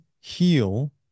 heal